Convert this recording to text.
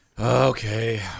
Okay